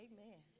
Amen